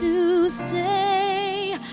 to stay